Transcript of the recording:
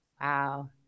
Wow